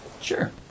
Sure